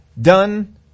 done